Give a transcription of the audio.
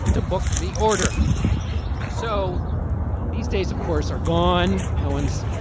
to book the order so these days of course are gone. no one's.